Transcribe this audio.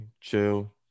chill